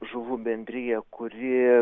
žuvų bendrija kuri